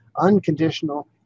unconditional